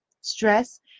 stress